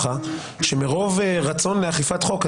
שמרוב רצון לאכיפת חוק,